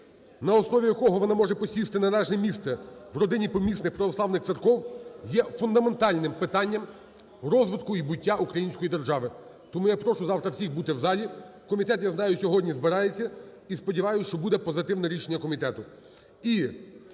на основі якого вона може посісти належне місце в родині помісних православних церков, є фундаментальних питанням розвитку і буття української держави. Тому я прошу завтра всіх бути в залі. Комітет, я знаю, сьогодні збирається, і сподіваюсь, що буде позитивне рішення комітету.